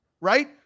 Right